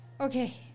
Okay